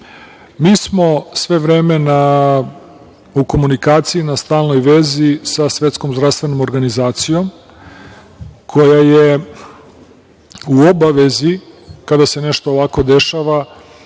smo sve vreme u komunikaciji, na stalnoj vezi sa Svetskom zdravstvenom organizacijom, koja je u obavezi, kada se nešto ovako dešava,